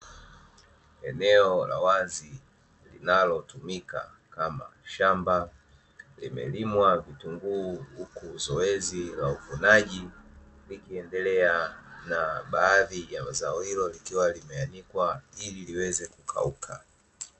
Eneo la wazi linalotumika kama shamba, limelimwa vitunguu huku zoezi la uvunaji likiendelea na baadhi ya zao hilo likiwa limeanikwa ili liweze kukauka.